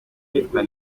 yitwa